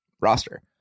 roster